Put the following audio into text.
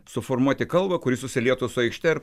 suformuoti kalvą kuri susilietų su aikšte ir